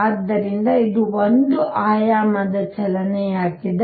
ಆದ್ದರಿಂದ ಇದು ಒಂದು ಆಯಾಮದ ಚಲನೆಯಾಗಿದೆ